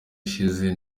ishize